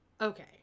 Okay